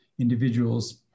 individuals